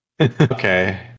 Okay